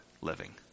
living